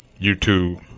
YouTube